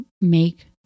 make